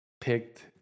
picked